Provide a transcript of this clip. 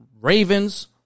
Ravens